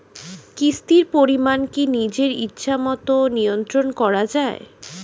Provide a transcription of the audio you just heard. কিস্তির পরিমাণ কি নিজের ইচ্ছামত নিয়ন্ত্রণ করা যায়?